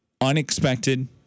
unexpected